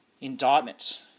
indictment